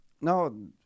No